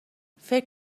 فکر